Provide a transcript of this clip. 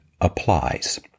applies